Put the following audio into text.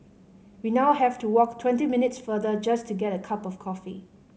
we now have to walk twenty minutes further just to get a cup of coffee